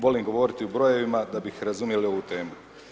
Volim govoriti u brojevima da bih razumjeli ovu temu.